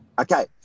Okay